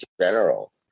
general